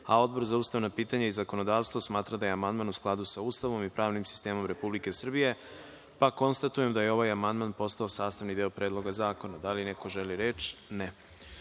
a Odbor za ustavna pitanja i zakonodavstvo smatra da je amandman u skladu sa Ustavom i pravnim sistemom Republike Srbije, pa konstatujem da je ovaj amandman postao sastani deo Predloga zakona. Da li neko želi reč?